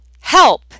help